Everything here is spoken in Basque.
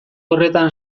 horretan